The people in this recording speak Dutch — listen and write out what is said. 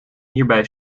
hierbij